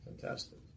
Fantastic